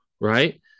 right